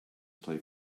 play